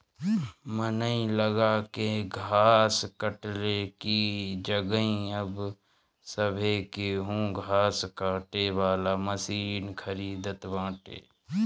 मनई लगा के घास कटले की जगही अब सभे केहू घास काटे वाला मशीन खरीदत बाटे